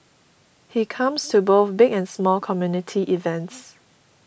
he comes to both big and small community events